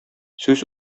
сүз